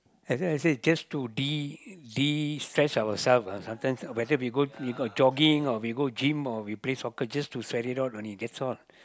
that's why I say just to de~ destress our self ah sometimes whether we go we got jogging or we go gym or we play soccer just to sweat it out only that's all